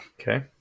okay